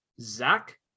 Zach